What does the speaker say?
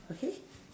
okay